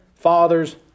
fathers